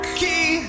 key